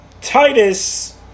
Titus